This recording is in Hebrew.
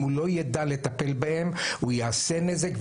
אם הוא לא יידע לטפל בהם, הוא יעשה נזק.